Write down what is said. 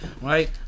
right